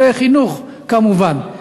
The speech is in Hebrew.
וחינוך כמובן.